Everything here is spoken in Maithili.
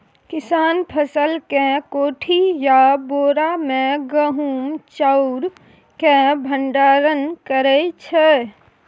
किसान फसल केँ कोठी या बोरा मे गहुम चाउर केँ भंडारण करै छै